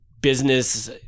business